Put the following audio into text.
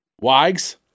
Wags